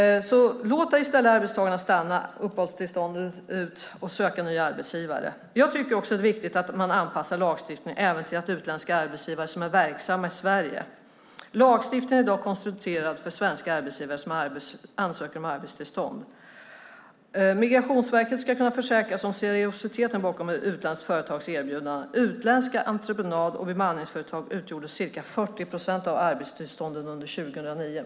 Låt i stället arbetstagarna stanna uppehållstillståndet ut och söka nya arbetsgivare! Jag tycker också att det är viktigt att man anpassar lagstiftningen till utländska arbetsgivare som är verksamma i Sverige. Lagstiftningen är i dag konstruerad för svenska arbetsgivare som ansöker om arbetstillstånd. Migrationsverket ska kunna försäkra sig om seriositeten bakom ett utländskt företags erbjudande. Utländska entreprenad och bemanningsföretag utgjorde ca 40 procent av arbetstillstånden under 2009.